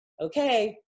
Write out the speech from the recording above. okay